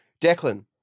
Declan